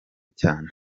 cyane